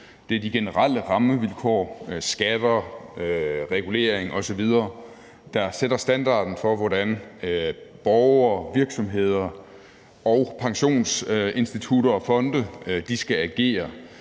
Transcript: Det er de generelle rammevilkår, der sætter standarden for, hvordan borgere, virksomheder og pensionsinstitutter og fonde skal agere,